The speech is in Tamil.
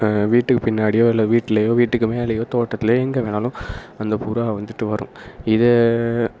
வீட்டுக்கு பின்னாடியோ இல்லை வீட்டிலயோ வீட்டுக்கு மேலேயோ தோட்டத்திலியோ எங்கே வேணாலும் அந்த புறா வந்துட்டு வரும் இதை